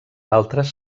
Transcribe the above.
altres